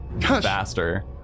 faster